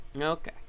okay